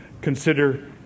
consider